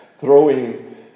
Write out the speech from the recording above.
throwing